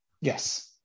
Yes